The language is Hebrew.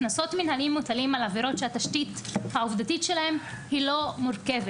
קנסות מנהליים מוטלים על עבירות שהתשתית העובדתית שלהן לא מורכבת.